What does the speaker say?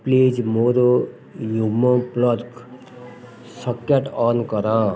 please ମୋର Wemo plug socket on କର